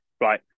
right